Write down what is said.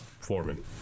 Foreman